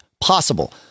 possible